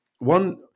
One